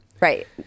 Right